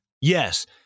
Yes